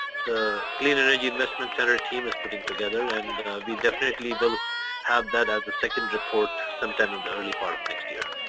the clean energy investment center is putting together and we definitely will have that as a second report sometime in the early part of next year.